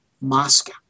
Moscow